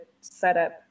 setup